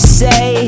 say